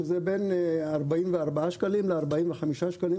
שזה בין 44 45 שקלים,